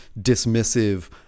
dismissive